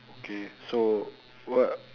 oh okay so what